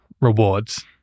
rewards